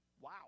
wow